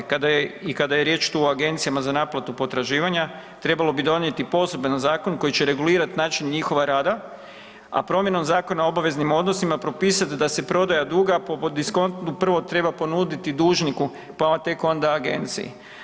I kada je riječ tu o agencijama za naplatu potraživanja, trebalo bi donijeti poseban zakon koji će regulirat način njihova rada a promjenom Zakon o obaveznim odnosima propisat da se prodaja duga ... diskontnu treba ponuditi dužniku pa tek onda agenciji.